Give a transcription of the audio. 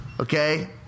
okay